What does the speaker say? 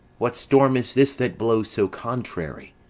what storm is this that blows so contrary?